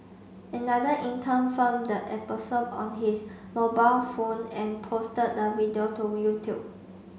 another intern filmed the episode on his mobile phone and posted the video to YouTube